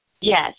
Yes